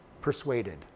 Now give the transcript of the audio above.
persuaded